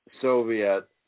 Soviet